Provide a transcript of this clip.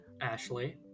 ashley